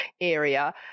area